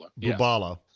Bubala